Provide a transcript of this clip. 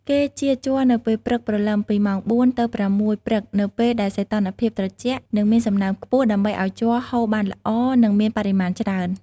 គេចៀរជ័រនៅពេលព្រឹកព្រលឹមពីម៉ោង ៤ ទៅ ៦ ព្រឹក នៅពេលដែលសីតុណ្ហភាពត្រជាក់ និងមានសំណើមខ្ពស់ ដើម្បីឱ្យជ័រហូរបានល្អ និងមានបរិមាណច្រើន។